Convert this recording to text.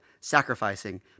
sacrificing